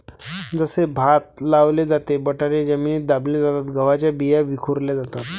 जसे भात लावले जाते, बटाटे जमिनीत दाबले जातात, गव्हाच्या बिया विखुरल्या जातात